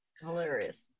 hilarious